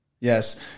yes